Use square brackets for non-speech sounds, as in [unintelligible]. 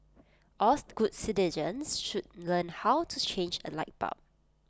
all [unintelligible] good citizens should learn how to change A light bulb